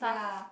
yea